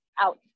out